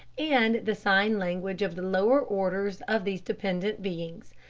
and the sign language of the lower orders of these dependent beings.